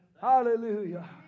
Hallelujah